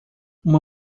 uma